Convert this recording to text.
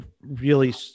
really-